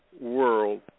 world